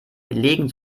belegen